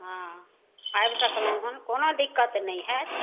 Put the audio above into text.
हँ आबि सकलहुँ हँ कोनो दिक्कत नहि हैत